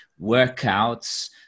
workouts